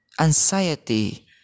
anxiety